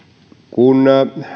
kun